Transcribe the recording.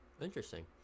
interesting